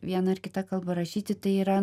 viena ar kita kalba rašyti tai yra